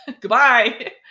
Goodbye